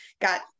got